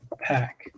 pack